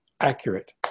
accurate